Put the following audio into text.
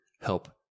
help